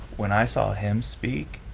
when i saw him speak,